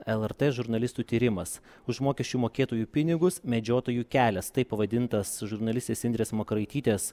lrt žurnalistų tyrimas už mokesčių mokėtojų pinigus medžiotojų kelias taip pavadintas žurnalistės indrės makaraitytės